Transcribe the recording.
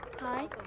Hi